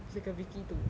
she like a vicky two